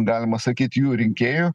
galima sakyt jų rinkėjų